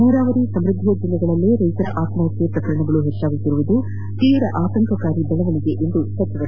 ನೀರಾವರಿ ಸಮೃದ್ದಿಯ ಜಿಲ್ಲೆಗಳಲ್ಲೇ ರೈತರ ಆತ್ಮಹತ್ಯ ಪ್ರಕರಣಗಳು ಹೆಚ್ಚಾಗುತ್ತಿರುವುದು ಆತಂಕಕಾರಿ ಬೆಳವಣಿಗೆ ಎಂದರು